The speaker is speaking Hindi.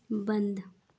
बन्द